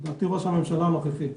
לדעתי, ראש הממשלה הנוכחי.